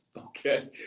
okay